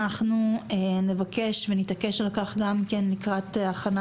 אנחנו פה בוועדה נבקש ונתעקש על כך גם כן לקראת ההכנה